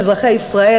אזרחי ישראל,